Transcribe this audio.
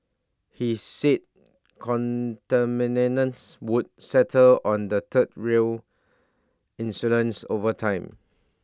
he said contaminants would settle on the third rail insulators over time